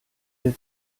wir